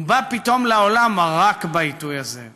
הוא בא פתאום לעולם רק בעיתוי הזה.